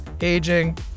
aging